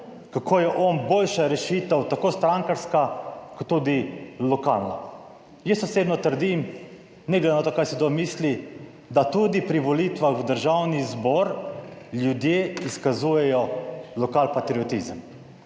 kako je on boljša rešitev, tako strankarska kot tudi lokalna. Jaz osebno trdim, ne glede na to kaj si kdo misli, da tudi pri volitvah v Državni zbor ljudje izkazujejo lokalpatriotizem.